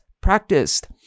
practiced